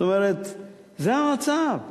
זה המצב: